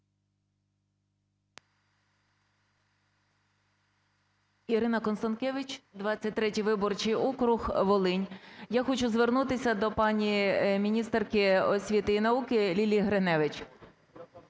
Ірина Констанкевич, 23 виборчий округ, Волинь. Я хочу звернутися до пані міністерки освіти і науки Лілії Гриневич.